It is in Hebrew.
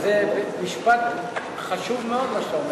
לא,